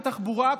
התחבורה,